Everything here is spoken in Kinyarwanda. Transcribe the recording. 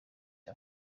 bya